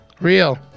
Real